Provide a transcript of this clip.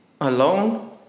alone